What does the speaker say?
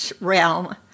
realm